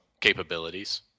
capabilities